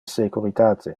securitate